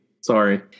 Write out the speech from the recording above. sorry